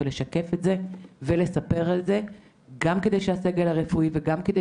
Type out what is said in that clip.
לשקף את זה ולספר על זה - גם כדי שהסגל הרפואי וגם כדי